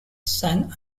san